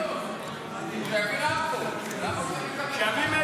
לא, לא.